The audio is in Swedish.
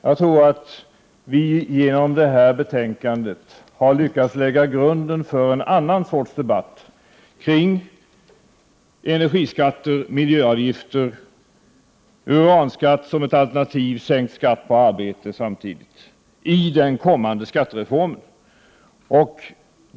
Jag tror att vi genom det här betänkandet har lyckats lägga grunden för en annan sorts debatt kring energiskatter, miljöavgifter, uranskatt som ett alternativ och samtidigt sänkt skatt på arbete i den kommande skattereformen.